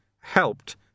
helped